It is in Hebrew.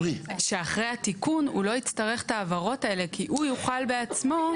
היא שאחרי התיקון הוא לא יצטרך את ההבהרות האלה כי הוא יוכל בעצמו.